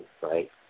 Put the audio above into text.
right